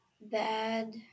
bad